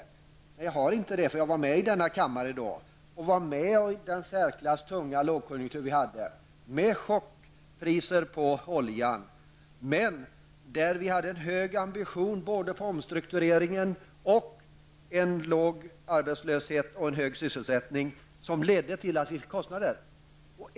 Nej, jag har inte det, för jag var med i kammaren då och upplevde den i särklass tunga lågkonjunktur som vi hade, med chockpriser på oljan. Men vi hade en hög ambition både när det gäller omstruktureringen och när det gäller låg arbetslöshet och hög sysselsättning vilket ledde till att vi fick höga kostnader.